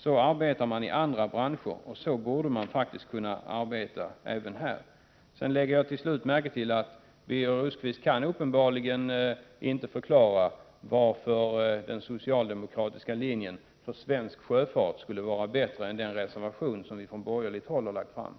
Så arbetar man i andra branscher, och så borde man faktiskt kunna arbeta även i denna. Till slut: Jag har lagt märke till att Birger Rosqvist uppenbarligen inte kan förklara varför den socialdemokratiska linjen skulle vara bättre för svensk sjöfart än vad som föreslås i den reservation som vi har avgivit från borgerligt håll.